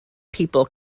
people